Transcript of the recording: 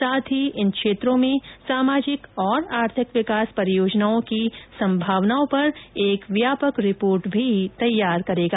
साथ ही इन क्षेत्रों में सामाजिक और आर्थिक विकास परियोजनाओं की संभावनाओं पर एक व्यापक रिपोर्ट भी तैयार करेगा